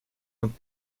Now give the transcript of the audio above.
und